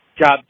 job